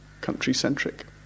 country-centric